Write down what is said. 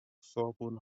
صابون